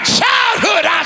childhood